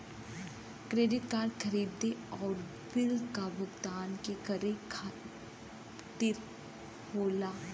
credit card खरीदारी आउर bill क भुगतान के खातिर होला